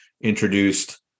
introduced